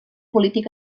polític